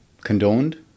condoned